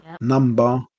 number